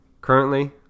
Currently